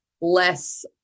less